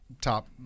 top